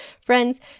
Friends